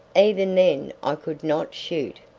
even then i could not shoot,